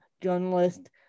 journalist